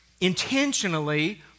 intentionally